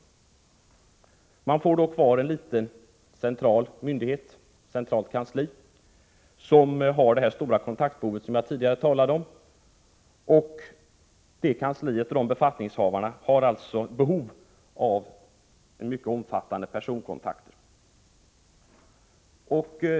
Man får kvar ett litet, centralt myndighetskansli, som har det stora kontaktbehov som jag tidigare talade om. Detta kansli och befattningshavarna där har alltså behov av mycket omfattande personkontakter.